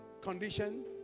condition